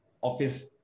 office